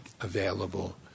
available